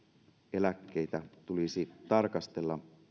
eläkkeitä tulisi tarkastella